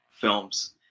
films